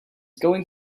going